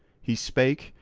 he spake,